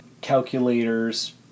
calculators